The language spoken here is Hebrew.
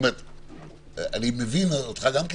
אני גם מבין אותך,